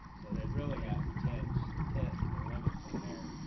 so they really have to touch test the limits of their